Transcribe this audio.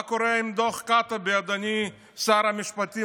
מה קורה עם דוח קעטבי, אדוני שר המשפטים?